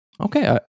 Okay